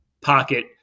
pocket